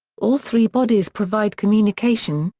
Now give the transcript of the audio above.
all three bodies provide communication,